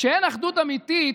כשאין אחדות אמיתית,